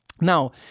Now